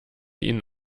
ihnen